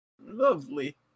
Lovely